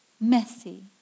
messy